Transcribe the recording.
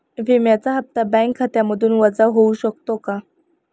विम्याचा हप्ता बँक खात्यामधून वजा होऊ शकतो का?